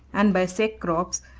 and by cecrops,